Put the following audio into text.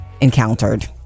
encountered